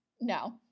No